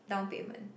down payment